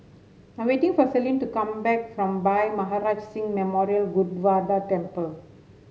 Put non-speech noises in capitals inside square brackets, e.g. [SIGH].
I'm waiting for Selene to come back from Bhai Maharaj Singh Memorial [UNINTELLIGIBLE] Temple